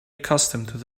accustomed